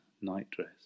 nightdress